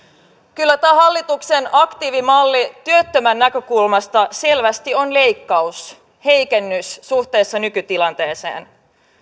kyllä tämä hallituksen aktiivimalli työttömän näkökulmasta selvästi on leikkaus heikennys suhteessa nykytilanteeseen